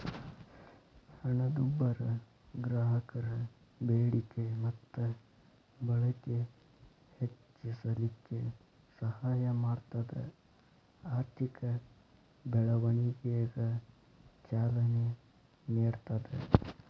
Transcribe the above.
ಹಣದುಬ್ಬರ ಗ್ರಾಹಕರ ಬೇಡಿಕೆ ಮತ್ತ ಬಳಕೆ ಹೆಚ್ಚಿಸಲಿಕ್ಕೆ ಸಹಾಯ ಮಾಡ್ತದ ಆರ್ಥಿಕ ಬೆಳವಣಿಗೆಗ ಚಾಲನೆ ನೇಡ್ತದ